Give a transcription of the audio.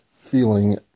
feeling